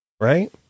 Right